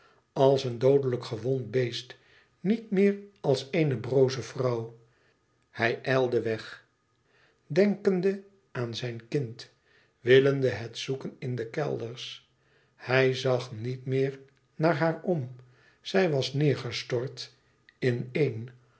als een doodelijk gewond beest niet meer als eene broze vrouw hij ijlde weg denkende aan zijn kind willende het zoeken in de kelders hij zag niet meer naar haar om zij was neêr gestort in een